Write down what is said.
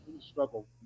struggle